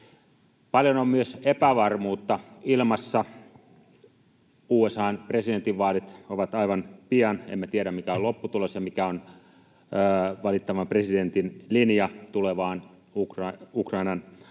Paljon on myös epävarmuutta ilmassa. USA:n presidentinvaalit ovat aivan pian — emme tiedä, mikä on lopputulos ja mikä on valittavan presidentin linja tulevaan Ukrainan auttamiseen.